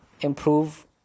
improve